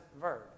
verb